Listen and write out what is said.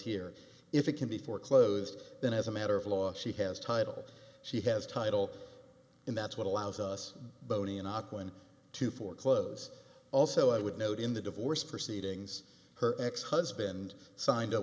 here if it can be foreclosed then as a matter of law she has title she has title and that's what allows us boney in auckland to foreclose also i would note in the divorce proceedings her ex husband signed